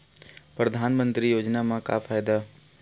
परधानमंतरी योजना म का फायदा?